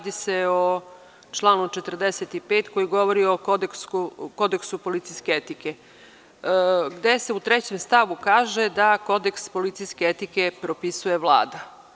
Naime, radi se o članu 45. koji govori o kodeksu policijske etike, gde se u trećem stavu kaže da kodeks policijske etike propisuje Vlada.